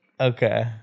Okay